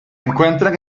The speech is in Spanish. encuentran